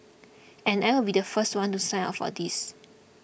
and I will be the first one to sign up for these